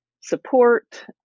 support